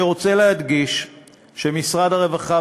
אני רוצה להדגיש שמשרד הרווחה,